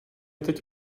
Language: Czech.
teď